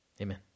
amen